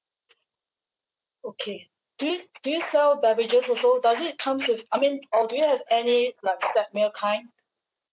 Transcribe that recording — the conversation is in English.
okay do you do you sell beverages also does it comes with I mean or do you have any like set meal kind